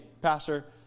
Pastor